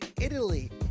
Italy